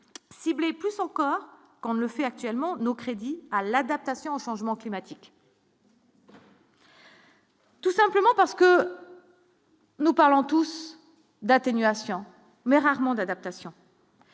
ciblés, plus encore qu'on ne le fait actuellement, nos crédits à l'adaptation, changements climatiques. Tout simplement parce que nous parlons tous d'atténuation mais rarement d'adaptation